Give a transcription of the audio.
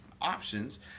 options